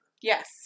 Yes